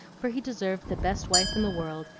for he deserved the best wife in the world,